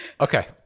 Okay